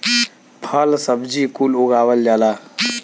फल सब्जी कुल उगावल जाला